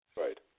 Right